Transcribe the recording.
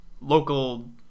local